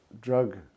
drug